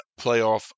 playoff